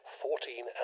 fourteen